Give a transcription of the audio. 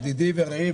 ידידי ורעי,